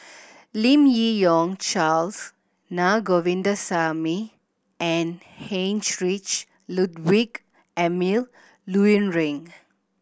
Lim Yi Yong Charles Na Govindasamy and Heinrich Ludwig Emil Luering